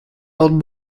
old